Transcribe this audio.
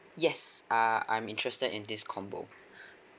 yes err I'm interested in this combo